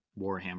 Warhammer